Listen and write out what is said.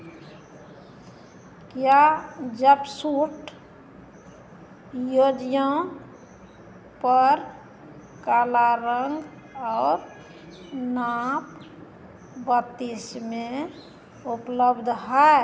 क्या जपसूट योजियां पर काला रंग और नाप बत्तीस में उपलब्ध है